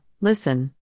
listen